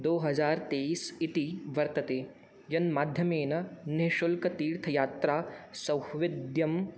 दो हजार् तेइस् इति वर्तते यन्माध्यमेन निश्शुल्कतीर्थयात्रा सौविध्यं